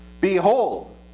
Behold